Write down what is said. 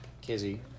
Kizzy